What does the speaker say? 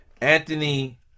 Anthony